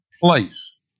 place